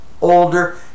older